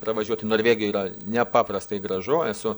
pravažiuoti norvegijoj yra nepaprastai gražu esu